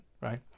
right